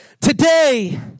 Today